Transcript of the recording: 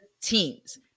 teams